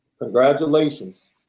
congratulations